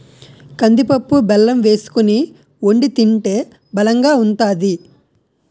కందిపప్పు బెల్లం వేసుకొని వొండి తింటే బలంగా ఉంతాది